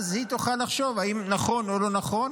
ואז היא תוכל לחשוב אם נכון או לא נכון